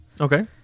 Okay